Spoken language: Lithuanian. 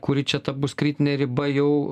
kuri čia ta bus kritinė riba jau